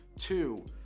two